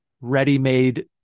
ready-made